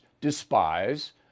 despise